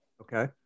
Okay